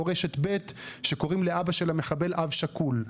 או רשת ב' שקוראים לאבא של המחבל אב שכול.